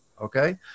Okay